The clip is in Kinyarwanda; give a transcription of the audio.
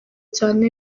cyane